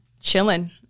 chilling